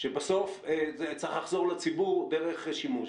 שבסוף זה צריך לחזור לציבור דרך שימוש,